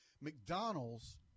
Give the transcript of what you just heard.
McDonald's